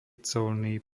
colný